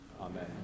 Amen